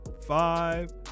five